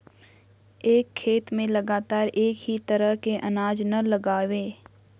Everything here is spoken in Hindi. एक खेत में लगातार एक ही तरह के अनाज न लगावें